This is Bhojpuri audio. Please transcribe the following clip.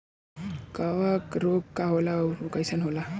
कवक रोग का होला अउर कईसन होला?